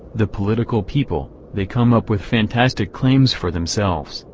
the political people they come up with fantastic claims for themselves,